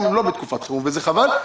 גם לא בתקופת חירום וזה חבל.